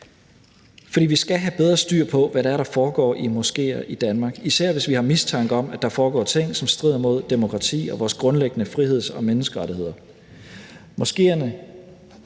dag. Vi skal have bedre styr på, hvad det er, der foregår i moskéer i Danmark, især hvis vi har mistanke om, at der foregår ting, som strider imod demokrati og vores grundlæggende friheds- og menneskerettigheder.